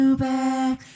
back